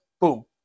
Boom